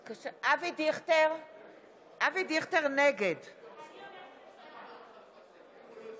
63. 1,200 איש מחכים היום במדינה להשתלת איברים.